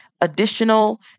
additional